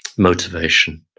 motivation,